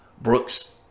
Brooks